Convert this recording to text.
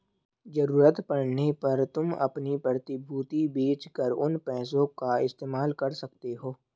ज़रूरत पड़ने पर तुम अपनी प्रतिभूति बेच कर उन पैसों का इस्तेमाल कर सकते हो